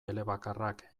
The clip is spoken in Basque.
elebakarrak